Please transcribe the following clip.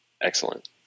excellent